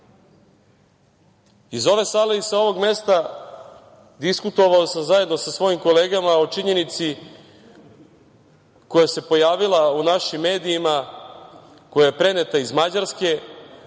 ove sale i sa ovog mesta diskutovao sam zajedno sa svojim kolegama o činjenici koja se pojavila u našim medijima koja je preneta iz Mađarske